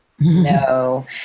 No